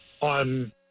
on